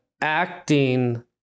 acting